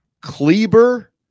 Kleber